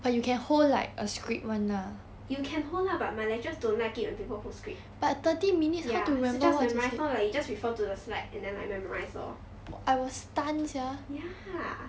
you can hold lah but my lecturers don't like it when people put script ya so just memorise lor like you just refer to the slide and then like memorise lor ya